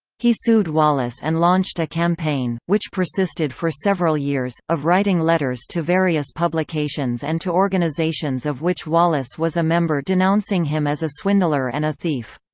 he sued wallace and launched a campaign, which persisted for several years, of writing letters to various publications and to organisations of which wallace was a member denouncing him as a swindler and a thief.